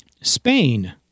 Spain